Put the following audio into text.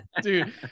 Dude